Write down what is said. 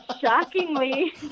Shockingly